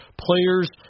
players